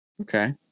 Okay